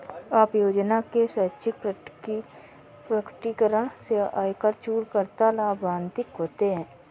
आय योजना के स्वैच्छिक प्रकटीकरण से आयकर चूककर्ता लाभान्वित होते हैं